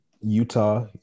Utah